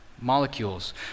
molecules